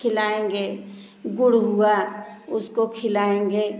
खिलाएंगे गुड़ हुआ उसको खिलाएंगे